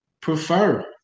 prefer